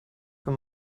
für